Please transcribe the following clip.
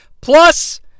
Plus